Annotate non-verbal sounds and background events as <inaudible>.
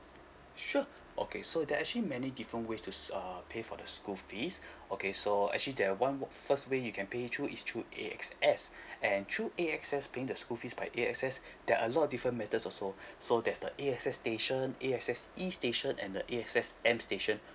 sure <breath> okay so that are actually many different ways to s~ uh pay for the school fees <breath> okay so actually there are one wo~ first way you can pay through is through A_X_S <breath> and through A_X_S paying the school fees by A_X_S <breath> there are a lot different methods also <breath> so there's the A_X_S station A_X_S E station and the A_X_S M station <breath>